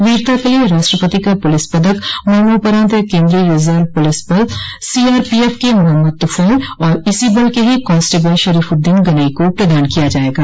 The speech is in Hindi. वीरता के लिए राष्ट्रपति का प्रलिस पदक मरणोपरांत केन्द्रीय रिजर्व पुलिस बल सीआरपीएफ के मोहम्मद तुफैल और इसी बल के ही कांस्टेबल शरीफउद्दीन गनई को प्रदान किया जाएगा